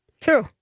True